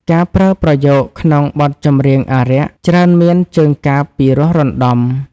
ការប្រើប្រយោគក្នុងបទចម្រៀងអារក្ស ច្រើនមានជើងកាព្យពីរោះរណ្ដំ។